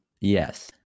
Yes